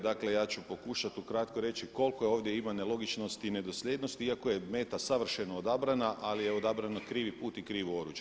Dakle ja ću pokušati ukratko reći koliko ovdje ima nelogičnosti i nedosljednosti iako je meta savršeno odabrana ali je odabrana krivi put i krivo oruđe.